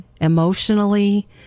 emotionally